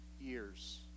years